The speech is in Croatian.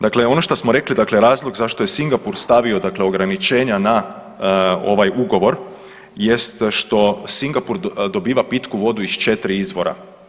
Dakle, ono što smo rekli dakle razlog zašto je Singapur stavio dakle ograničenja na ovaj ugovor jeste što Singapur dobiva pitku vodu iz četiri izvora.